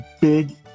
big